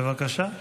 בבקשה.